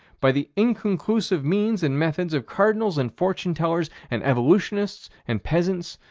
by the inconclusive means and methods of cardinals and fortune tellers and evolutionists and peasants,